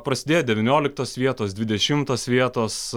prasidėjo devynioliktos vietos dvidešimtos vietos